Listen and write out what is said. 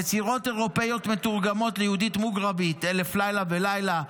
יצירות אירופיות מתורגמות ליהודית מוגרבית: אלף לילה ולילה,